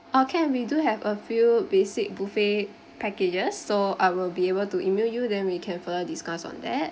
oh can we do have a few basic buffet packages so I will be able to E-mail you then we can further discuss on that